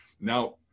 Now